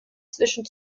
zwischen